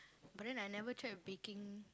but then I never tried baking